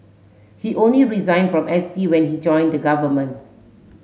he only resigned from S T when he joined the government